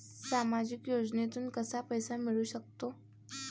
सामाजिक योजनेतून कसा पैसा मिळू सकतो?